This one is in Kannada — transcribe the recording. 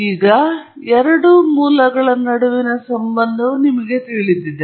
ಈಗ ಈ ಎರಡು ಮೂಲಗಳ ನಡುವಿನ ಸಂಬಂಧವು ನಿಮಗೆ ತಿಳಿದಿದೆ